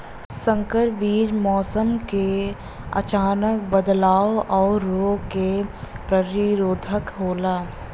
संकर बीज मौसम क अचानक बदलाव और रोग के प्रतिरोधक होला